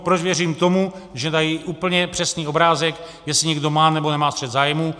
Proč věřím tomu, že dají úplně přesný obrázek, jestli někdo má nebo nemá střet zájmů.